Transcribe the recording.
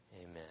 Amen